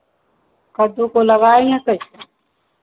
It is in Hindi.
कद्दू को लगाऍंगे कैसे